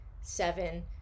seven